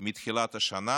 מתחילת השנה.